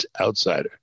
outsider